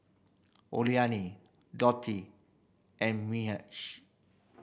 Oralia Dotty and Mitch